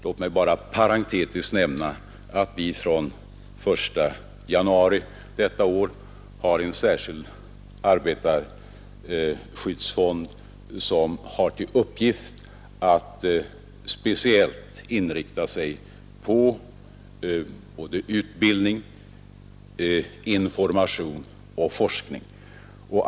Låt mig bara nämna att vi från den 1 januari i år har en särskild arbetarskyddsfond, som har till uppgift att speciellt inrikta sig på utbildning, information och forskning.